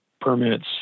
permits